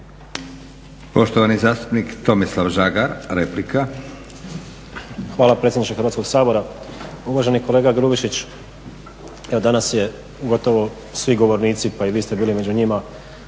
Poštovani zastupnik Tomislav Žagar replika. **Žagar, Tomislav (SDP)** Hvala predsjedniče Hrvatskog sabora. Uvaženi kolega Grubišić evo danas su gotovo svi govornici pa i vi ste bili među njima